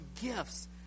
gifts